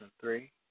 three